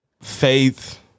faith